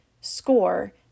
score